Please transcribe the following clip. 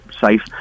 safe